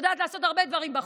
יודעת לעשות הרבה דברים בחוץ,